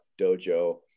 dojo